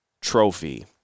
trophy